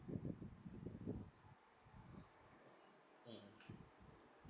mm